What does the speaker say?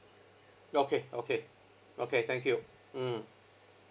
okay okay okay thank you mm